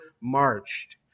marched